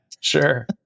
Sure